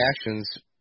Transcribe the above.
actions